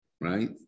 right